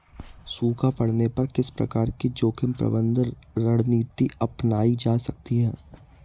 सूखा पड़ने पर किस प्रकार की जोखिम प्रबंधन रणनीति अपनाई जा सकती है?